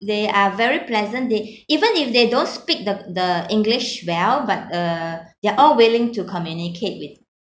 they are very pleasant they even if they don't speak the the english well but uh they are all willing to communicate with